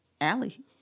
Allie